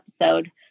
episode